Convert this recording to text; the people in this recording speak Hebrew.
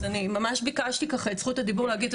אז אני ממש ביקשתי את זכות הדיבור להגיד את